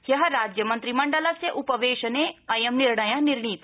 ह्य राज्यमन्त्रिमण्डलस्य उपवेशने अयं निर्णय निर्णीत